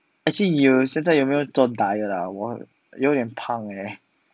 actually 你有你现在有没有做 diet ah 我有点胖 eh